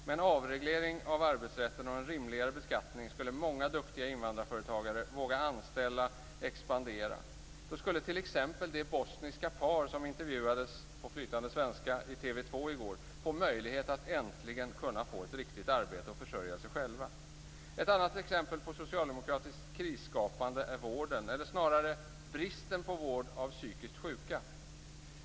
Med en avreglering av arbetsrätten och en rimligare beskattning skulle många duktiga invandrarföretagare våga anställa och expandera. Då skulle t.ex. det bosniska par som intervjuades på flytande svenska i TV 2 i går få möjlighet att äntligen få ett riktigt arbete och försörja sig själva. Ett annat exempel på socialdemokratiskt krisskapande är vården, eller snarare bristen på vård, av psykiskt sjuka.